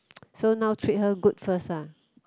so now treat her good first ah